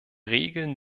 regeln